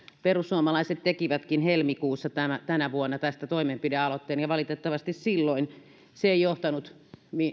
perussuomalaiset tekivätkin helmikuussa tänä tänä vuonna tästä toimenpidealoitteen valitettavasti silloin se ei johtanut